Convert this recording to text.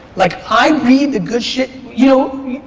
like i read the good shit, you